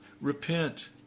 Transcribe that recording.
Repent